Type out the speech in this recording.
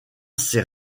ses